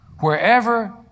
wherever